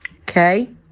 Okay